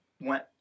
went